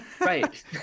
Right